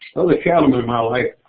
other cattlemen in my life,